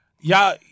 y'all